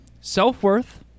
Self-worth